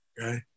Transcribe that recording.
Okay